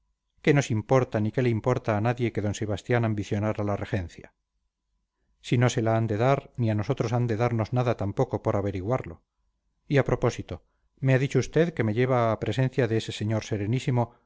qué nos importa ni qué le importa a nadie que d sebastián ambicionara la regencia si no se la han de dar ni a nosotros han de darnos nada tampoco por averiguarlo y a propósito me ha dicho usted que me lleva a presencia de ese señor serenísimo